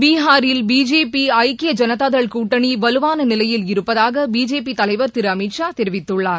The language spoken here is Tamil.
பீகாரில் பிஜேபி ஐக்கிய ஜனதா தள் கூட்டணி வலுவான நிலையில் இருப்பதாக பிஜேபி தலைவர் திரு அமித்ஷா தெரிவித்துள்ளார்